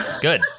good